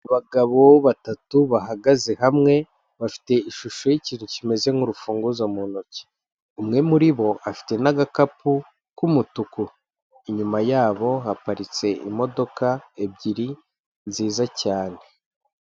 Abagabo batatu bahagaze hamwe, bafite ishusho yikintu kimeze nk'urufunguzo mu ntoki, umwe muri bo afite n'agakapu k'umutuku, inyuma yabo haparitse imodoka ebyiri nziza cyane.